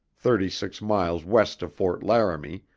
thirty-six miles west of fort laramie,